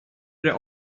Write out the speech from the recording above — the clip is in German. der